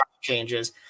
changes